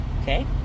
Okay